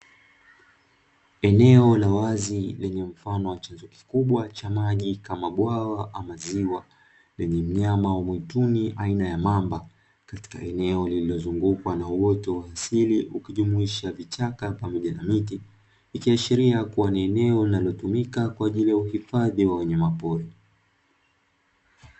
Eneo la wazi lenye mfano wa chanzo kikubwa mfano wa bwabwa au ziwa lenye mnyama wa mwituni aina ya mamba katika eneo lililozungukwa na uoto wa asili ukijumuisha vichaka pamoja na miti ikiashiria kuwa ni eneo linalotumika kwa ajili ya uhifadhi wa wanyama pori.